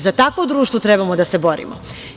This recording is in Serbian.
Za takvo društvo trebamo da se borimo.